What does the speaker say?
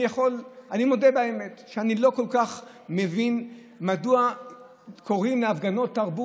אני מודה באמת שאני לא כל כך מבין מדוע קוראים להפגנות "תרבות".